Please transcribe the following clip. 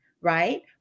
right